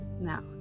Now